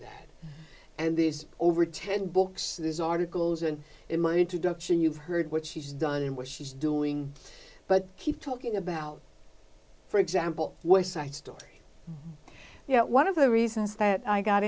and these over ten books these articles and in my introduction you've heard what she's done and what she's doing but keep talking about for example story you know one of the reasons that i got